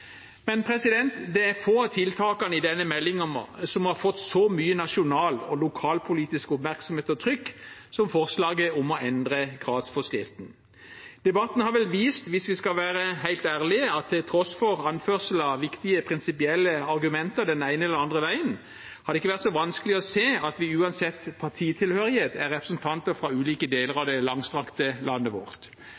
det er få av tiltakene i denne meldingen som har fått så mye nasjonal og lokalpolitisk oppmerksomhet – og trykk – som forslaget om å endre gradsforskriften. Debatten har vel vist, hvis vi skal være helt ærlige, at til tross for anførsler av viktige prinsipielle argumenter den ene eller den andre veien har det ikke vært så vanskelig å se at vi uansett partitilhørighet er representanter fra ulike deler av